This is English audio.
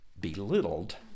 Belittled